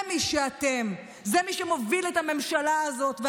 זה מי שאתם, זה מי שמוביל את הממשלה הזאת.